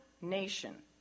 nation